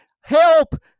Help